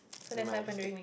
it might stick